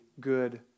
good